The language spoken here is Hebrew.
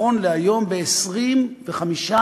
נכון להיום, ב-25%,